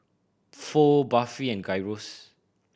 Pho Barfi and Gyros